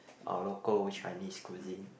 our local Chinese cuisine